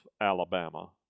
Alabama